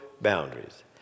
boundaries